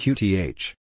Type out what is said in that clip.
Qth